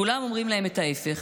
כולם אומרים להם את ההפך,